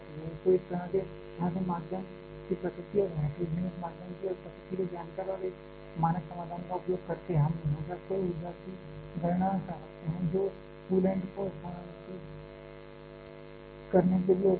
तो इस तरह से माध्यम की प्रकृति और हेट्रोजीनियस माध्यम की प्रकृति को जानकर और एक मानक समाधान का उपयोग करके हम हमेशा कुल ऊर्जा की गणना कर सकते हैं जो कूलेंट को स्थानांतरित करने के लिए उपलब्ध है